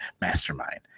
mastermind